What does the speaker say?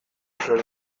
zer